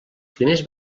primers